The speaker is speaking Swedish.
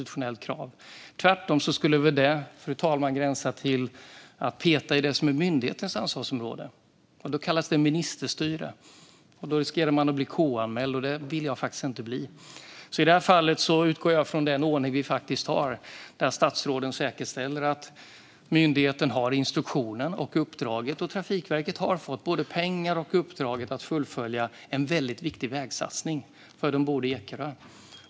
Tvärtom skulle väl det, fru talman, gränsa till att peta i det som är myndighetens ansvarsområde. Det kallas för ministerstyre, och då riskerar man att bli KU-anmäld och det vill jag faktiskt inte bli. I det här fallet utgår jag från den ordning som vi faktiskt har där statsråden säkerställer att myndigheten har instruktionen och uppdraget. Trafikverket har fått både pengar och uppdraget att fullfölja en väldigt viktig vägsatsning för de boende i Ekerö.